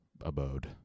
abode